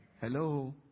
Hello